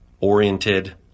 oriented